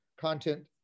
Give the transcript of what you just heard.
content